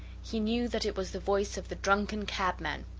he knew that it was the voice of the drunken cabman,